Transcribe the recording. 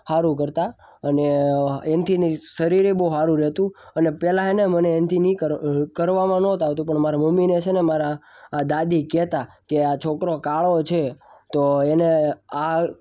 સારું કરતાં અને એનાથી ને શરીરે બહુ સારું રહેતું અને પહેલાં છે ને મને એનાથી ન કરવામાં ન થતું પણ મારા મમ્મીને છે ને મારા દાદી કહેતાં કે આ છોકરો કાળો છે તો એને આ